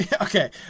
okay